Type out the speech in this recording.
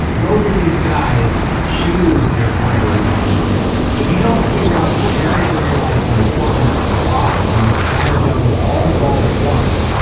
both of these guys, choose their priorities on purpose. if you don't figure out what areas of your life are important, and why, and you try to juggle all the balls at once,